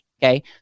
Okay